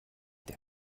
der